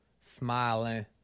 smiling